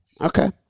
Okay